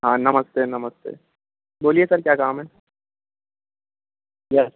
हाँ नमस्ते नमस्ते बोलिए सर क्या काम है यस